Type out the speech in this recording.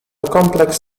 complex